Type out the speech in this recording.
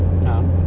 a'ah